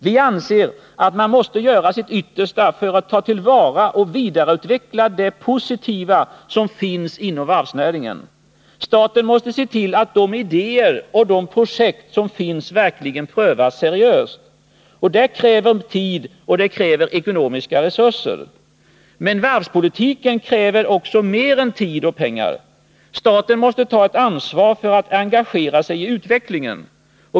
Vi anser att man måste göra sitt yttersta för att ta till vara och vidareutveckla det positiva som finns inom varvsnäringen. Staten måste se till att de idéer och de projekt som finns verkligen prövas seriöst. Det kräver tid och det kräver ekonomiska resurser. Men varvspolitiken kräver mer än tid och pengar. Staten måste ta ett ansvar för och engagera sig i utvecklingen.